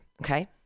Okay